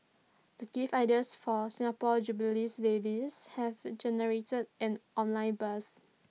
the gift ideas for Singapore jubilee babies have generated an online buzz